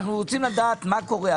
אנו רוצים לדעת מה קורה.